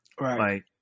Right